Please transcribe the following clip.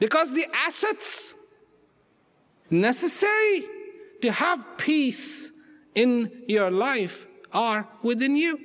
because the assets necessary to have peace in your life are within you